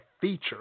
feature